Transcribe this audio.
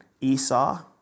Esau